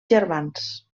germans